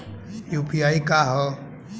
UPI का ह?